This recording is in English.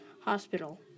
hospital